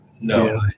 No